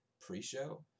pre-show